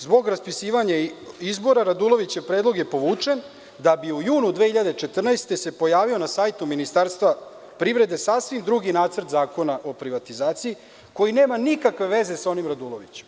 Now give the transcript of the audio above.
Zbog raspisivanja izbora, Radulovićev predlog je povučen, da bi u junu 2014. godine se pojavio na sajtu Ministarstva privrede sasvim drugi nacrt zakona o privatizaciji, koji nema nikakve veze sa onim Radulovićevim.